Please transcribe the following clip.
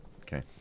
Okay